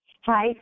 hi